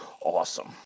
awesome